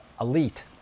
Elite